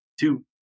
two